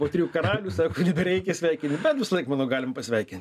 po trijų karalių sako nebereikia sveikin bet visąlaik manau galim pasveikin